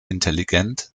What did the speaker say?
intelligent